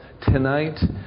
tonight